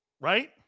right